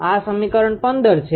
આ સમીકરણ 15 છે